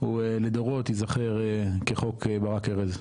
לדורות ייזכר כחוק ברק ארז.